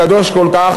הקדוש כל כך,